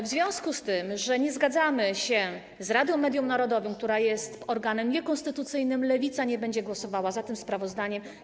W związku z tym, że nie zgadzamy się z Radą Mediów Narodowych, która jest organem niekonstytucyjnym, Lewica nie będzie głosowała za tym sprawozdaniem.